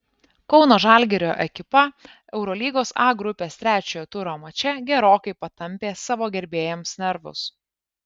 kauno žalgirio ekipa eurolygos a grupės trečiojo turo mače gerokai patampė savo gerbėjams nervus